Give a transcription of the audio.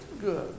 good